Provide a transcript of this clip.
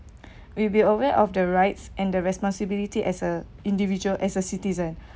we will be aware of the rights and the responsibility as a individual as a citizen